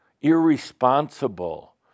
Irresponsible